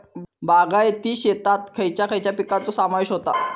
बागायती शेतात खयच्या खयच्या पिकांचो समावेश होता?